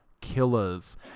killers